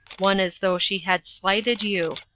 one as though she had slighted you.